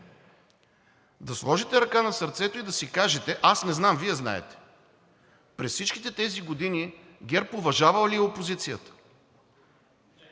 да сложите ръка на сърцето и да си кажете, аз не знам – Вие знаете: през всичките тези години ГЕРБ уважавал ли е опозицията?